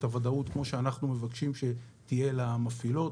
הוודאות כמו שאנחנו מבקשים שיהיה למפעילות,